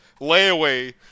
layaway